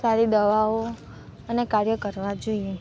સારી દવાઓ અને કાર્ય કરવાં જોઈએ